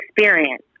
experience